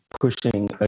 pushing